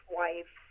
wife